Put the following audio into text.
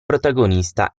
protagonista